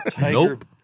Nope